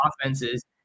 offenses